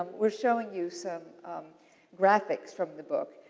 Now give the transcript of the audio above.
we're showing you some graphics from the book.